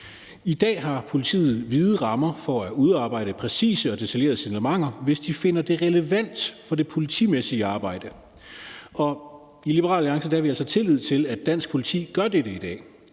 I dag har politiet vide rammer for at udarbejde præcise og detaljerede signalementer, hvis de finder det relevant for det politimæssige arbejde. Og i Liberal Alliance har vi altså tillid til, at dansk politi gør dette i dag.